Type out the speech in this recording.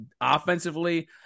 offensively